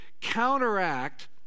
counteract